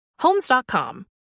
homes.com